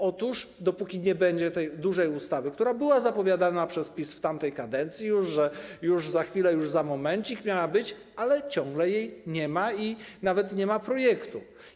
Otóż dopóki nie będzie tej dużej ustawy, która już była zapowiadana przez PiS w tamtej kadencji, że już za chwilę, już za momencik miała być, ale ciągle jej nie ma i nawet nie ma projektu.